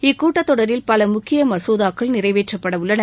இக்கூட்டத் தொடரில் பல முக்கிய மசோதாக்கள் நிறைவேற்றப்படவுள்ளன